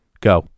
Go